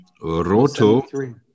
Roto